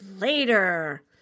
later